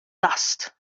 dust